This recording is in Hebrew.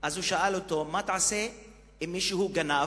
והוא שאל אותו: מה תעשה אם מישהו יגנוב?